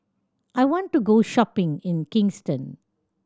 I want to go shopping in Kingston